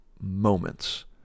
moments